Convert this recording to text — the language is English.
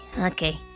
okay